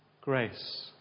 grace